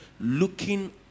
looking